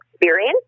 experience